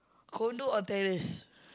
condo or terrace